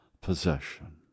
possession